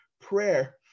prayer